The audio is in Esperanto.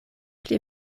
pli